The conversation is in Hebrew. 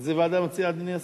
איזו ועדה מציע אדוני?